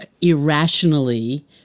irrationally